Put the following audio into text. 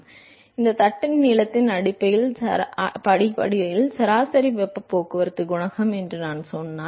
எனவே இது தட்டின் நீளத்தின் அடிப்படையில் சராசரி வெப்ப போக்குவரத்து குணகம் என்று நான் சொன்னால்